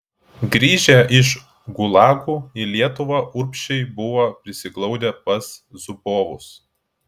grįžę iš gulagų į lietuvą urbšiai buvo prisiglaudę pas zubovus